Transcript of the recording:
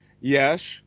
Yes